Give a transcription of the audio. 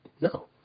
no